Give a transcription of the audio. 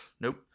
Nope